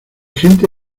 gente